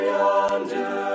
yonder